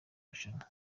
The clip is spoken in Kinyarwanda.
rushanwa